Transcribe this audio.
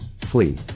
flee